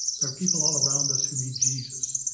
are people all around us who need jesus,